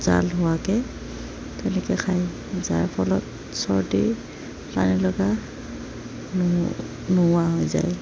জাল হোৱাকৈ তেনেকৈ খায় যাৰ ফলত চৰ্দি পানী লগা নু নোহোৱা হৈ যায়